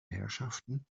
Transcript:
herrschaften